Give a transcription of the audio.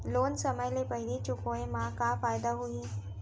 Loan समय ले पहिली चुकाए मा का फायदा होही?